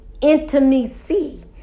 intimacy